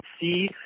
see